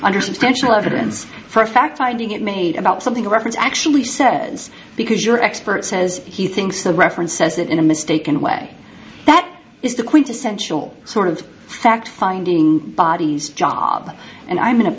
under substantial evidence for a fact finding it made about something the reference actually says because your expert says he thinks the referent says it in a mistaken way that is the quintessential sort of fact finding bodies job and i'm an